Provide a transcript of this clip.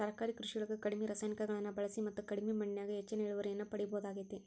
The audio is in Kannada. ತರಕಾರಿ ಕೃಷಿಯೊಳಗ ಕಡಿಮಿ ರಾಸಾಯನಿಕಗಳನ್ನ ಬಳಿಸಿ ಮತ್ತ ಕಡಿಮಿ ಮಣ್ಣಿನ್ಯಾಗ ಹೆಚ್ಚಿನ ಇಳುವರಿಯನ್ನ ಪಡಿಬೋದಾಗೇತಿ